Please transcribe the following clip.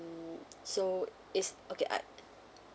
so it's okay I